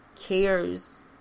cares